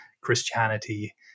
Christianity